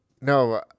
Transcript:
No